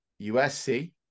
USC